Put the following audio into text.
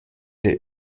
der